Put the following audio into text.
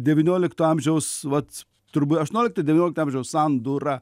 devyniolikto amžiaus vat turbūt aštuoniolikto devyniolikto amžiaus sandūra